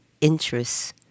interests